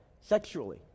sexually